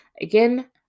Again